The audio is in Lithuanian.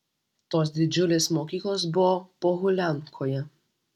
tos didžiulės mokyklos buvo pohuliankoje